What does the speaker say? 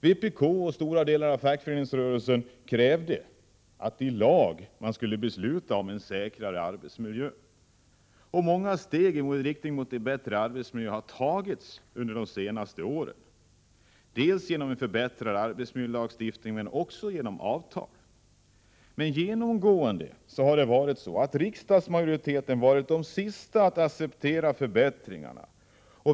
Vpk och stora delar av fackföreningsrörelsen krävde att man i lag skulle besluta om en säkrare arbetsmiljö. Många steg i riktning mot en bättre arbetsmiljö har tagits under de senaste åren, dels genom en förbättrad arbetsmiljölagstiftning, dels också genom avtal. Men genomgående har riksdagsmajoriteten varit de sista att acceptera förbättringarna.